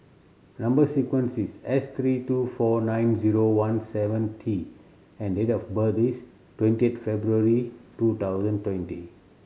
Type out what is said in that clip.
number sequence is S three two four nine zero one seven T and date of birth is twenty February two thousand twenty